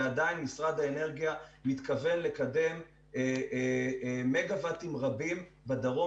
ועדיין משרד האנרגיה מתכוון לקדם מגה-וואטים רבים בדרום,